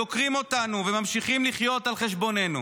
דוקרים אותנו וממשיכים לחיות על חשבוננו.